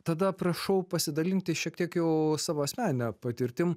tada prašau pasidalinti šiek tiek jau savo asmenine patirtim